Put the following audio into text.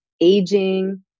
aging